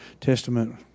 Testament